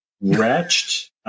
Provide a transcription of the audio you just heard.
wretched